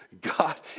God